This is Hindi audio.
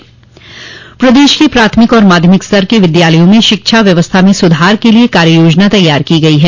शिक्षा सुधार प्रदेश के प्राथमिक एवं माध्यमिक स्तर के विद्यालयों में शिक्षा व्यवस्था में सुधार के लिए कार्ययोजना तैयार की गई है